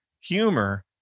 Humor